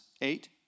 eight